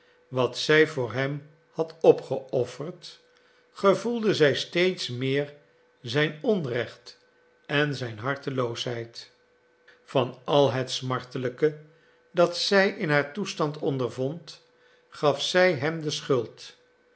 wat zij voor hem had opgeofferd gevoelde zij steeds meer zijn onrecht en zijn harteloosheid van al het smartelijke dat zij in haar toestand ondervond gaf zij hem de schuld